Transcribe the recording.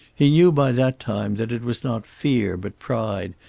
he knew by that time that it was not fear, but pride,